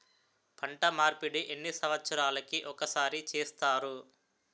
పంట మార్పిడి ఎన్ని సంవత్సరాలకి ఒక్కసారి చేస్తారు?